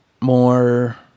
more